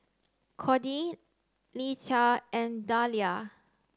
Cordie Leatha and Dalia